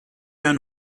der